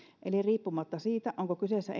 eli riippumatta siitä onko kyseessä